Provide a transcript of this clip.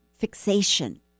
fixation